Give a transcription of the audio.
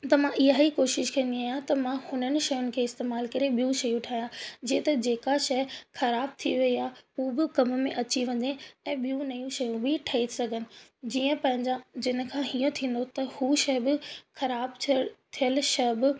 त मां इहा ई कोशिश कंदी आहियां त मां हुननि शयुन खे इस्तेमाल करे ॿियूं शयूं ठाहियां जीअं त जेका शइ ख़राब थी वई आहे उहा बि कम में अची वञे ऐं ॿियूं नयूं शयूं बि ठही सघनि जीअं पंहिंजा जिन खां हीअं थींदो त उहा शइ बि ख़राब थियलु शइ बि